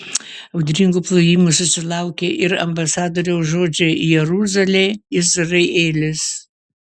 audringų plojimų susilaukė ir ambasadoriaus žodžiai jeruzalė izraelis